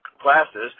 classes